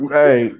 hey